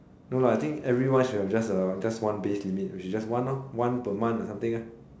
no lah I think everyone should have just a just one base limit which is just one lor one per month or something lah